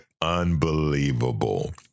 Unbelievable